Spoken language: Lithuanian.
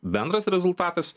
bendras rezultatas